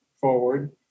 forward